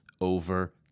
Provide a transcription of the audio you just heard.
over